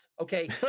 Okay